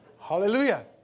Hallelujah